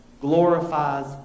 glorifies